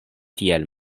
tiel